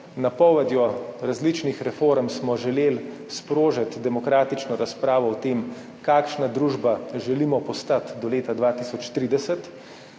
napovedi različnih reform. Želeli smo sprožiti demokratično razpravo o tem, kakšna družba želimo postati do leta 2030.